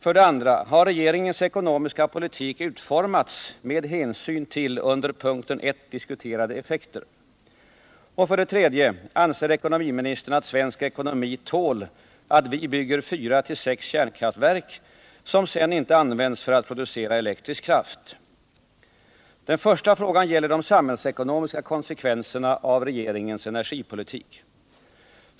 Har regeringens ekonomiska politik utformats med hänsyn till under 3. Anser ekonomiministern att svensk ekonomi tål att vi bygger fyra—sex kärnkraftverk som sedan inte används för att producera elektrisk kraft? Den första frågan gäller de samhällsekonomiska konsekvenserna av regeringens energipolitik.